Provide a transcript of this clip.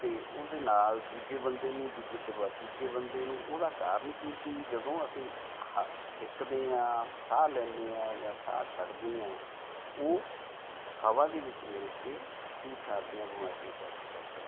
ਅਤੇ ਉਹਦੇ ਨਾਲ਼ ਦੂਜੇ ਬੰਦੇ ਨੂੰ ਦੂਜੇ ਤੋਂ ਬਾਅਦ ਤੀਜੇ ਬੰਦੇ ਨੂੰ ਉਹਦਾ ਕਾਰਨ ਕੀ ਤੀ ਜਦੋਂ ਅਸੀਂ ਛਿੱਕਦੇ ਹਾਂ ਸਾਹ ਲੈਂਦੇ ਹਾਂ ਜਾਂ ਸਾਹ ਛੱਡਦੇ ਹਾਂ ਉਹ ਹਵਾ ਦੇ ਵਿੱਚ ਮਿਲ ਕੇ ਛੂਤਛਾਤ ਦੀਆਂ ਬਿਮਾਰੀਆਂ ਪੈਦਾ ਕਰਦਾ ਸੀ